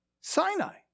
Sinai